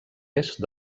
est